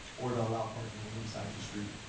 or to allow parking on one side of the street.